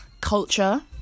culture